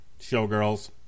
Showgirls